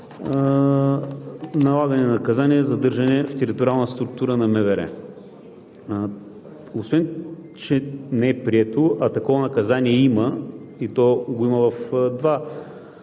налагане на наказание е задържане в териториална структура на МВР. Освен че не е прието, а такова наказание има и то е в два